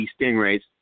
Stingrays